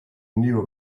knew